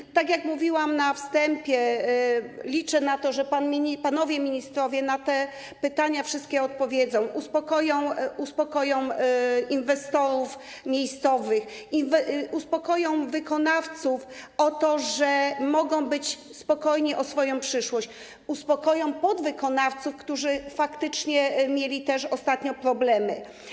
I tak jak mówiłam na wstępie, liczę na to, że panowie ministrowie na te pytania wszystkie odpowiedzą, uspokoją inwestorów miejscowych, uspokoją wykonawców, zapewnią, że mogą być spokojni o swoją przyszłość, uspokoją podwykonawców, którzy faktycznie mieli też ostatnio problemy.